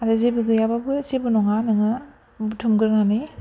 आरो जेबो गैयाब्लाबो जेबो नङा नोङो बुथुम गोरनानै